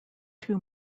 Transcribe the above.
two